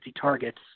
targets